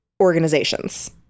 organizations